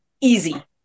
Easy